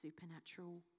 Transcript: supernatural